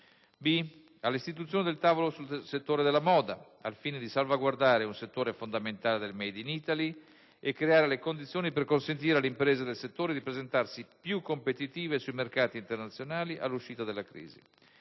all'istituzione del «tavolo sul settore della moda» al fine di salvaguardare un settore fondamentale del *made in Italy* e creare le condizioni per consentire alle imprese del settore di presentarsi più competitive sui mercati internazionali all'uscita della crisi.